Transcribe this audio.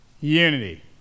unity